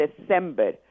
December